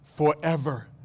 forever